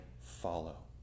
follow